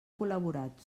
col·laborat